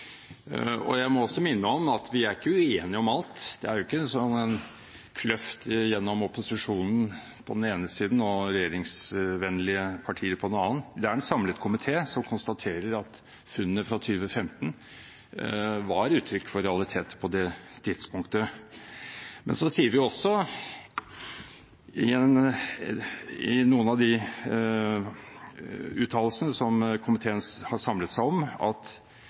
saken. Jeg må også minne om at vi ikke er uenige om alt. Det er ikke en sånn kløft gjennom opposisjonen på den ene siden og regjeringsvennlige partier på den annen. Det er en samlet komité som konstaterer at funnene fra 2015 var uttrykk for realiteter på det tidspunktet. Men så konstaterer vi også i noen av de uttalelsene som komiteen har samlet seg om, at